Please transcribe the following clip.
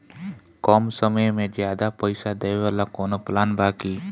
कम समय में ज्यादा पइसा देवे वाला कवनो प्लान बा की?